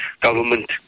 government